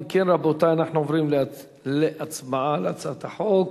אם כן, רבותי, אנחנו עוברים להצבעה על הצעת חוק